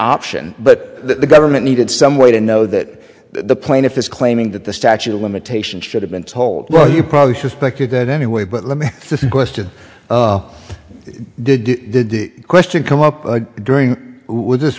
option but the government needed some way to know that the plaintiff is claiming that the statute of limitations should have been told oh you probably suspected that anyway but let me think question did did the question come up during would this